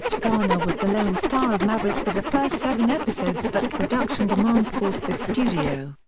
garner was the lone star of maverick for the first seven episodes but production demands forced the studio,